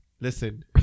Listen